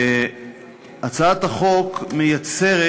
הצעת החוק מייצרת